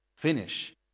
Finish